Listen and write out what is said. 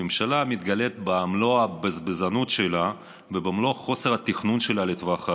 הממשלה מתגלית במלוא הבזבזנות שלה ובמלוא חוסר התכנון שלה לטווח הארוך.